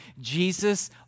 Jesus